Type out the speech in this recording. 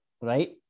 Right